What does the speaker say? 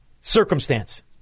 circumstance